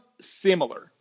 similar